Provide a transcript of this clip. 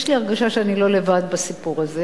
יש לי הרגשה שאני לא לבד בסיפור הזה,